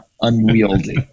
Unwieldy